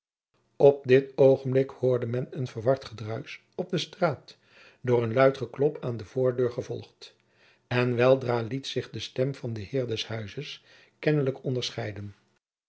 op dit oogenblik hoorde men een verward gedruis op de straat door een luid geklop aan de voordeur gevolgd en weldra liet zich de stem van den heer des huizes kennelijk onderscheiden